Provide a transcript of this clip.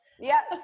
Yes